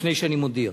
לפני שאני מודיע.